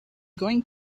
going